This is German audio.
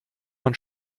man